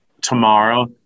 tomorrow